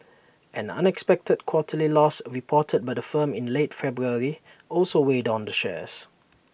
an unexpected quarterly loss reported by the firm in late February also weighed on the shares